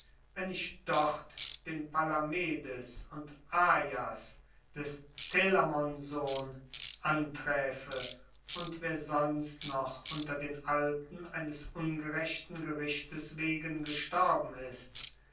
wenn ich dort den palamedes und aias des telamon sohn anträfe und wer sonst noch unter den alten eines ungerechten gerichtes wegen gestorben ist